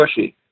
pushy